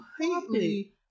completely